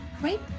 right